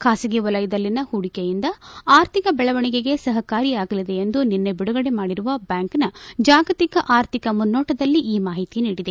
ಖಾಸಗಿ ವಲಯದಲ್ಲಿನ ಪೂಡಿಕೆಯಿಂದ ಆರ್ಥಿಕ ಬೆಳವಣಿಗೆಗೆ ಸಹಕಾರಿಯಾಗಲಿದೆ ಎಂದು ನಿನ್ನೆ ಬಿಡುಗಡೆ ಮಾಡಿರುವ ಬ್ಯಾಂಕ್ನ ಜಾಗತಿಕ ಆರ್ಥಿಕ ಮುನ್ನೋಟದಲ್ಲಿ ಈ ಮಾಹಿತಿ ನೀಡಿದೆ